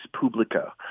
publica